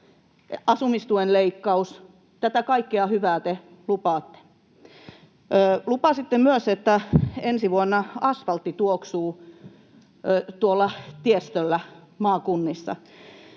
asumistuen leikkaus. Tätä kaikkea hyvää te lupaatte. Lupasitte myös, että ensi vuonna asfaltti tuoksuu tiestöillä tuolla maakunnissa.